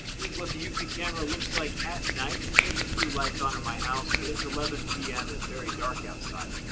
here's what the eufy camera looks like at night. there's a few lights on at my house but it's eleven pm and very dark outside.